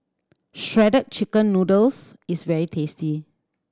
Shredded Chicken Noodles is very tasty